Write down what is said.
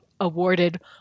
awarded